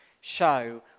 show